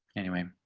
anyway,